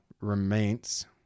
remains